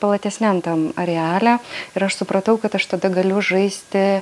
platesniam tam areale ir aš supratau kad aš tada galiu žaisti